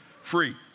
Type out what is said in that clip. free